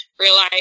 realize